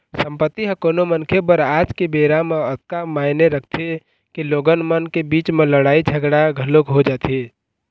संपत्ति ह कोनो मनखे बर आज के बेरा म अतका मायने रखथे के लोगन मन के बीच म लड़ाई झगड़ा घलोक हो जाथे